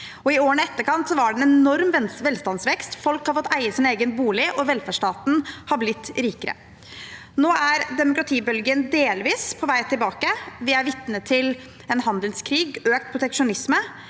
i årene i etterkant var det en enorm velstandsvekst. Folk har fått eie sin egen bolig, og velferdsstaten har blitt rikere. Nå er demokratibølgen delvis på vei tilbake. Vi er vitne til en handelskrig og økt proteksjonisme.